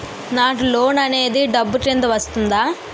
నాకు లోన్ అనేది డబ్బు కిందా వస్తుందా?